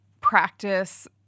practice